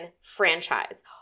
franchise